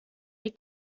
die